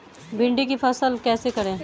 भिंडी की फसल कैसे करें?